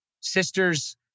sister's